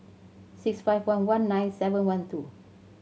six five one one nine seven one two